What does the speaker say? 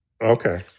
Okay